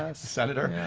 ah senator.